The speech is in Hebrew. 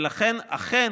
ולכן, אכן